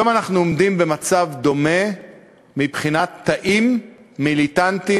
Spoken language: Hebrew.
היום אנחנו עומדים במצב דומה מבחינת תאים מיליטנטיים,